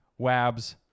Wabs